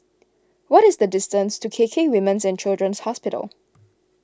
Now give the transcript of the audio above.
what is the distance to K K Women's and Children's Hospital